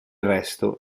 resto